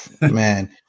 man